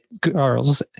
girls